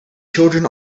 children